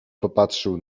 popatrzył